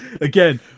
Again